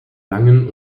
langen